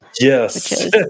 Yes